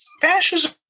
Fascism